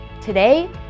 Today